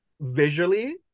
visually